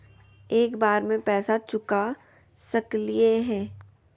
एक बार में पैसा चुका सकालिए है?